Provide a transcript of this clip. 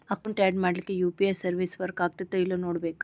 account add ಮಾಡ್ಲಿಕ್ಕೆ UPI service work ಆಗತ್ತೇಲ್ಲೋ ನೋಡ್ಕೋಬೇಕ್